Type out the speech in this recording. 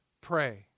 pray